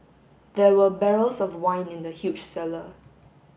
there were barrels of wine in the huge cellar